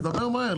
דבר מהר.